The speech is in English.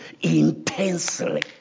intensely